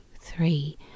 three